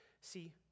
See